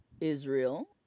Israel